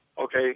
okay